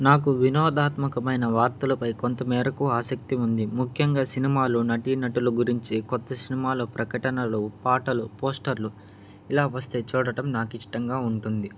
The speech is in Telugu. నాకు వినోదాత్మకమైన వార్తలపై కొంత మేరకు ఆసక్తి ఉంది ముఖ్యంగా సినిమాలు నటినటుల గురించి కొత్త సినిమాలు ప్రకటనలు పాటలు పోస్టర్లు ఇలా వస్తే చూడటం నాకిష్టంగా ఉంటుంది